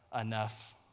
enough